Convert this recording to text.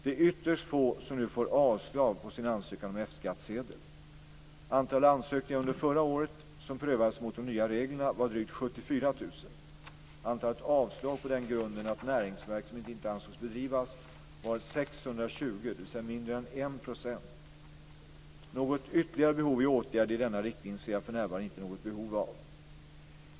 Det är ytterst få som nu får avslag på sin ansökan om F-skattsedel. Antalet ansökningar under förra året Några ytterligare åtgärder i denna riktning ser jag för närvarande inte något behov av.